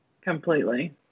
Completely